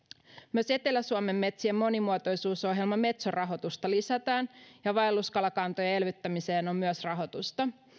myös etelä suomen metsien monimuotoisuusohjelma metson rahoitusta lisätään ja myös vaelluskalakantojen elvyttämiseen on rahoitusta